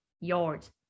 yards